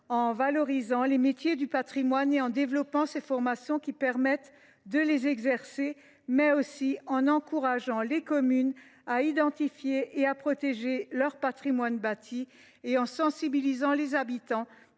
en valorisant les métiers du patrimoine et en développant les formations qui permettent de les exercer, mais aussi en encourageant les communes à identifier et à protéger leur patrimoine bâti. À cette fin, sensibiliser les habitants